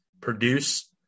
produce